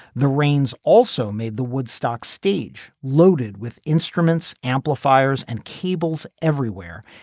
the rains also made the woodstock stage loaded with instruments amplifiers and cables everywhere.